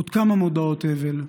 עוד כמה מודעות אבל?